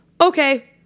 okay